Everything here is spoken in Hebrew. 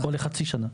או לחצי שנה.